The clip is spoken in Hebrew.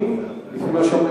התש"ע 2010,